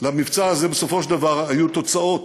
למבצע הזה בסופו של דבר היו תוצאות,